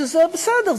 שזה בסדר,